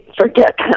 forget